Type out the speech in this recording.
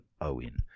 Owen